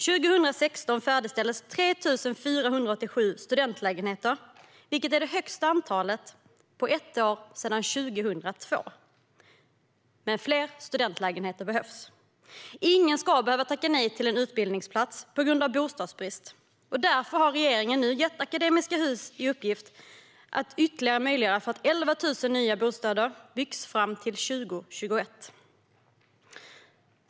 År 2016 färdigställdes 3 487 studentlägenheter, vilket är det största antalet under ett år sedan 2002. Men fler studentlägenheter behövs. Ingen ska behöva tacka nej till en utbildningsplats på grund av bostadsbrist. Därför har regeringen nu gett Akademiska Hus i uppgift att möjliggöra att ytterligare 11 000 bostäder byggs fram till 2021.